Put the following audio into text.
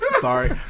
Sorry